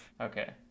Okay